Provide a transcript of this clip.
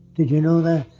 did you know that?